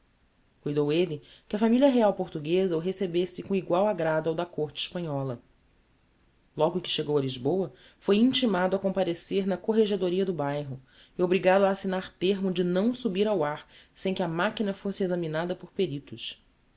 cuidou elle que a familia real portugueza o recebesse com igual agrado ao da côrte hespanhola logo que chegou a lisboa foi intimado a comparecer na corregedoria do bairro e obrigado a assignar termo de não subir ao ar sem que a machina fosse examinada por peritos